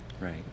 Right